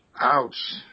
Ouch